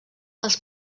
els